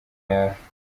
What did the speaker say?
yawe